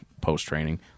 post-training